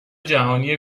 جهانی